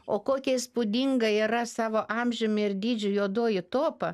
o kokia įspūdinga yra savo amžiumi ir dydžiu juodoji tuopa